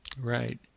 Right